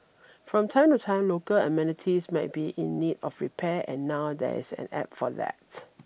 from time to time local amenities might be in need of repair and now there's an App for that